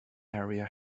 area